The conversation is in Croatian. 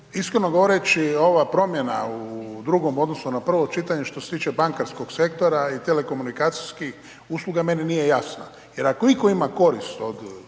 iskreno govoreći ova promjena u drugom, u odnosu na drugo čitanje, što se tiče bankarskog sektora i telekomunikacijskih usluga meni nije jasna. Jer ako ima korist od